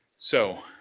so,